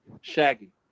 Shaggy